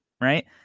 right